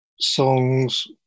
songs